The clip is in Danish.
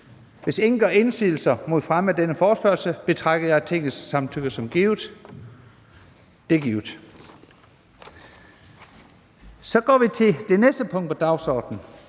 Hvis ingen gør indsigelse mod fremme af denne forespørgsel, betragter jeg Tingets samtykke som givet. Det er givet. --- Det næste punkt på dagsordenen